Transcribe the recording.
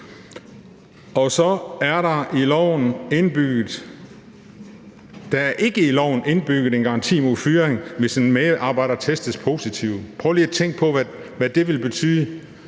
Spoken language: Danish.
lovforslaget ikke indbygget en garanti mod fyring, hvis en medarbejder testes positiv. Prøv lige at tænke på, hvad det vil betyde.